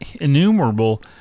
innumerable